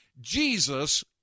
Jesus